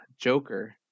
Joker